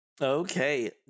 Okay